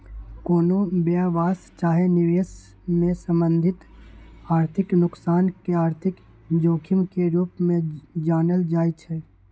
कोनो व्यवसाय चाहे निवेश में संभावित आर्थिक नोकसान के आर्थिक जोखिम के रूप में जानल जाइ छइ